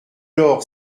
l’or